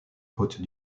côtes